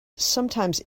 sometimes